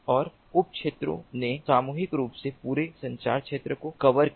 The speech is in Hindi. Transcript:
और उप क्षेत्रों ने सामूहिक रूप से पूरे संचार क्षेत्र को कवर किया